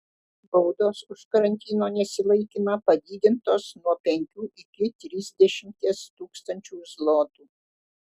baudos už karantino nesilaikymą padidintos nuo penkių iki trisdešimties tūkstančių zlotų